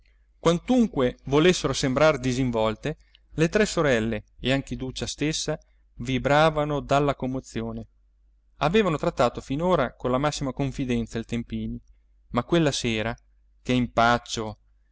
quantunque volessero sembrar disinvolte le tre sorelle e anche iduccia stessa vibravano dalla commozione avevano trattato finora con la massima confidenza il tempini ma quella sera che impaccio